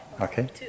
Okay